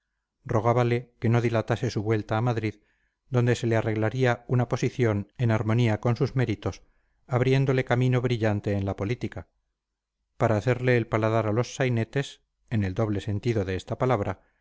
rogábale que no dilatase su vuelta a madrid donde se le arreglaría una posición en armonía con sus méritos abriéndole camino brillante en la política para hacerle el paladar a los sainetes en